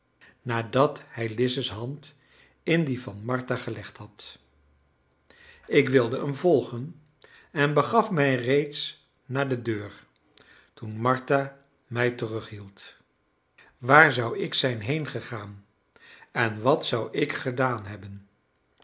nadat hij lize's hand in die van martha gelegd had ik wilde hem volgen en begaf mij reeds naar de deur toen martha mij terughield waar zou ik zijn heengegaan en wat zou ik gedaan hebben